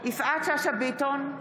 יפעת שאשא ביטון,